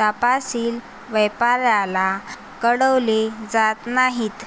तपशील व्यापाऱ्याला कळवले जात नाहीत